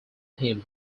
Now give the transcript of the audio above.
him